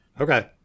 Okay